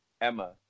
Emma